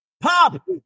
Pop